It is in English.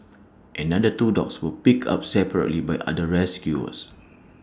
another two dogs were picked up separately by other rescuers